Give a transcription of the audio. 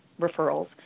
referrals